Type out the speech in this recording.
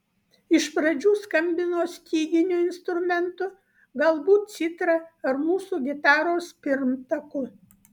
iš pradžių skambino styginiu instrumentu galbūt citra ar mūsų gitaros pirmtaku